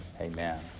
Amen